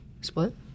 Split